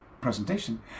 presentation